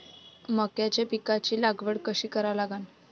मक्याच्या पिकाची लागवड कशी करा लागन?